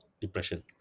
depression